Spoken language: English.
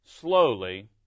slowly